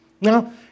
Now